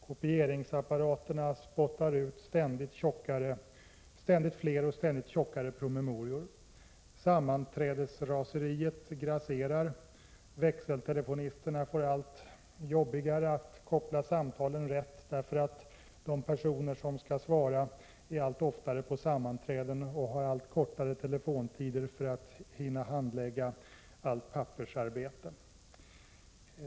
Kopieringsapparaterna spottar ut ständigt fler och ständigt tjockare promemorior. Sammanträdesraseriet grasserar. Växeltelefonisterna får allt jobbigare att koppla samtalen rätt, därför att de personer som skall svara allt oftare är på sammanträde och har allt kortare telefontider, eftersom de måste hinna handlägga allt pappersarbete.